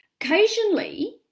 occasionally